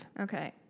Okay